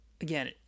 again